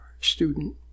student